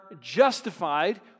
justified